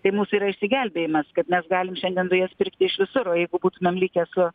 tai mūsų yra išsigelbėjimas kad mes galim šiandien dujas pirkti iš visur o jeigu būtumėm likę su